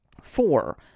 Four